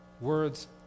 Words